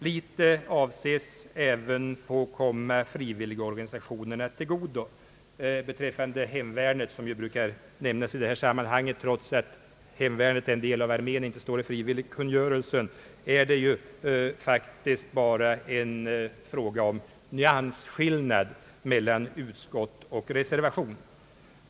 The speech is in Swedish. Litet avses även komma frivilligorganisationerna till godo. Beträffande hemvärnet, som ju brukar nämnas i det här sammanhanget, trots att hemvärnet är en del av armén och inte står i frivilligkungörelsen, är det faktiskt bara en fråga om nyansskillnad mellan utskott och reservation.